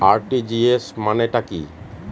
RTGS মানে টা কি?